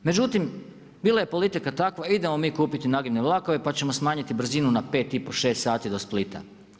Međutim, bila je politika takva, idemo mi kupiti nagibne vlakove pa ćemo smanjiti brzinu na 5 i pol, 6 sati do Splita.